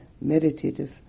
meditative